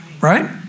right